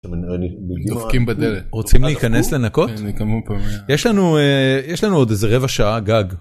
דופקים בדלת..רוצים להיכנס לנקות? יש לנו, יש לנו עוד איזה רבע שעה גג.